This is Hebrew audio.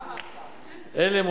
לא הבנתי,